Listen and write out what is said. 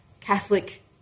Catholic